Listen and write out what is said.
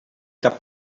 cap